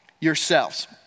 yourselves